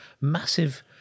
massive